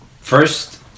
first